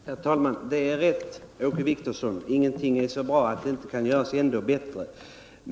Herr talman! Det är riktigt, Åke Wictorsson, att ingenting är så bra att det inte kan göras ännu bättre.